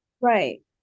right